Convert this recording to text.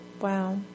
Wow